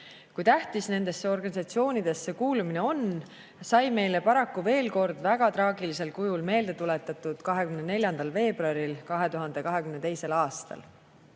Kui tähtis nendesse organisatsioonidesse kuulumine on, sai meile paraku veel kord väga traagilisel kujul meelde tuletatud 24. veebruaril 2022. aastal.